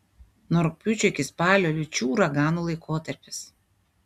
nuo rugpjūčio iki spalio liūčių uraganų laikotarpis